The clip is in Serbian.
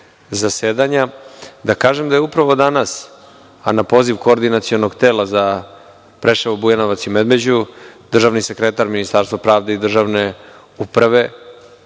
zasedanja da kažem da je upravo danas, a na poziv Koordinacionog tela za Preševo, Bujanovac i Medveđu, da je državni sekretar iz Ministarstva pravde i državne uprave